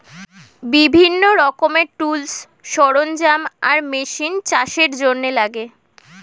বিভিন্ন রকমের টুলস, সরঞ্জাম আর মেশিন চাষের জন্যে লাগে